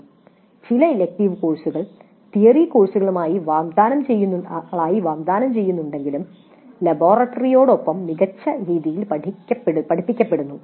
" ചില ഇലക്ടീവ് കോഴ്സുകൾ തിയറി കോഴ്സുകളായി വാഗ്ദാനം ചെയ്യുന്നുണ്ടെങ്കിലും ലബോറട്ടറിയോടൊപ്പം മികച്ച രീതിയിൽ പഠിപ്പിക്കപ്പെടുന്നു